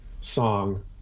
song